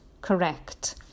correct